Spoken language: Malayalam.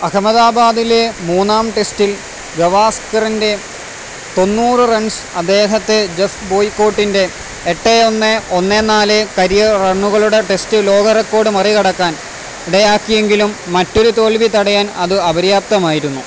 അഹമ്മദാബാദിലെ മൂന്നാം ടെസ്റ്റിൽ ഗവാസ്കറിന്റെ തൊണ്ണൂറ് റൺസ് അദ്ദേഹത്തെ ജസ് ബോയ്കോട്ടിന്റെ എട്ട് ഒന്ന് ഒന്ന് നാല് കരിയർ റണ്ണുകളുടെ ടെസ്റ്റ് ലോക റെക്കോർഡ് മറി കടക്കാന് ഇടയാക്കിയെങ്കിലും മറ്റൊരു തോൽവി തടയാൻ അത് അപര്യാപ്തമായിരുന്നു